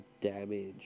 damage